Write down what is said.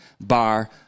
Bar